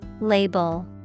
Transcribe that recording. Label